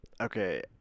Okay